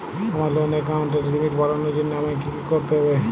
আমার লোন অ্যাকাউন্টের লিমিট বাড়ানোর জন্য আমায় কী কী করতে হবে?